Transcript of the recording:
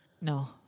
no